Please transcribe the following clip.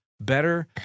better